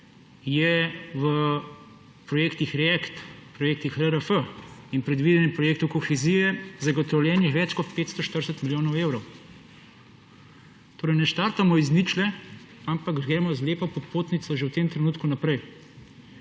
je v projektih React, projektih LRF in predvidenemu projektu kohezije zagotovljenih več kot 540 milijonov evrov. Torej ne startamo iz ničle, ampak gremo z lepo popotnico že v tem trenutku naprej.